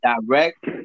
direct